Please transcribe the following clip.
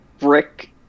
brick